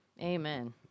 Amen